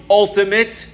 ultimate